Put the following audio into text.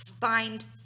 find